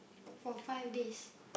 for five days